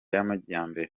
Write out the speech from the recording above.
y’amajyambere